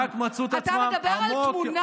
רק מצאו עצמם עמוק, אתה מדבר על תמונה?